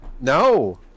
No